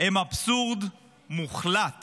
הם אבסורד מוחלט